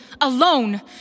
alone